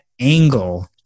angle